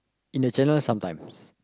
in the channel sometimes